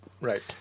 Right